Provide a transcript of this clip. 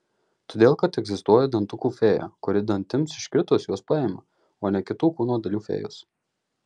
todėl kad egzistuoja dantukų fėja kuri dantims iškritus juos paima o ne kitų kūno dalių fėjos